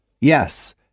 Yes